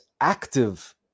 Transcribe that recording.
active